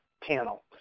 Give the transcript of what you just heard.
panel